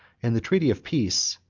and the treaty of peace,